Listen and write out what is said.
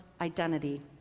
identity